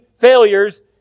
failures